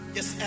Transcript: Yes